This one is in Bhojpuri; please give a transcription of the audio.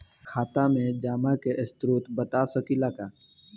खाता में जमा के स्रोत बता सकी ला का?